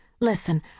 Listen